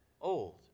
old